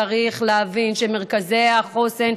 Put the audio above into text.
צריך להבין שמרכזי החוסן,